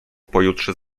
pojutrze